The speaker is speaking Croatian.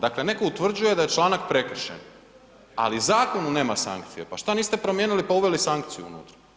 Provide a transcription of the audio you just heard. Dakle, netko utvrđuje da je članak prekršen, ali u zakonu nema sankcije, pa šta niste promijenili pa uveli sankciju unutra.